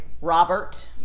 Robert